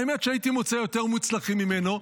האמת שהייתי מוצא יותר מוצלחים ממנו,